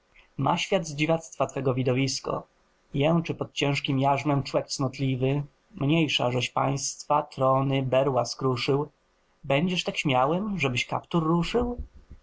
ma świat z dziwactwa twego widowisko jęczy pod ciężkiem jarzmem człek cnotliwy mniejsza żeś państwa trony berła skruszył będziesz tak śmiałym żebyś kaptur